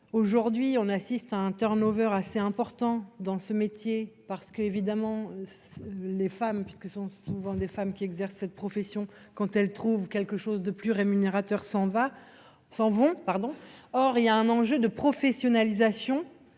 aujourd'hui, on assiste à un turn-over assez importants dans ce métier parce que évidemment les femmes puisque ce sont souvent des femmes qui exercent cette profession quand elle trouve quelque chose de plus rémunérateurs, s'en va. S'en vont, pardon, or il y a un enjeu de professionnalisation